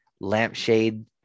lampshade